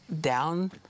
down